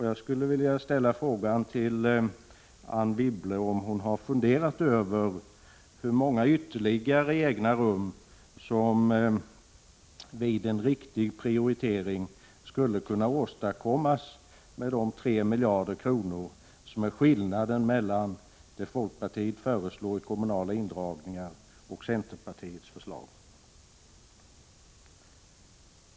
Jag skulle vilja ställa frågan till Anne Wibble, om hon har funderat över hur många ytterligare egna rum som vid en riktig prioritering skulle kunna åstadkommas med de 3 miljarder kronor som är skillnaden mellan vad folkpartiet föreslår i kommunala indragningar och centerpartiets förslag.